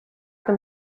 them